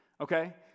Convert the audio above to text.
okay